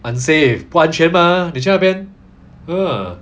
unsafe 不安全 mah 你去那边 ah